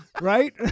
right